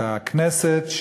את הכנסת,